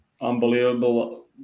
Unbelievable